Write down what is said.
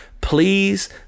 please